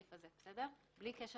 לגבי הקניית